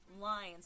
lines